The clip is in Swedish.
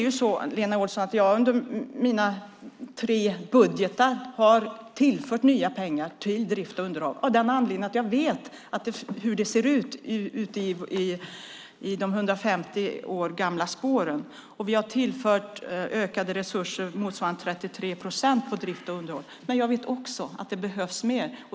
Jag har i mina tre budgetar, Lena Olsson, tillfört nya pengar till drift och underhåll, av den anledningen att jag vet hur det ser ut ute i de 150 år gamla spåren. Vi har tillfört ökade resurser motsvarande 33 procent på drift och underhåll. Men jag vet också att det behövs mer.